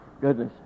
goodness